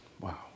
Wow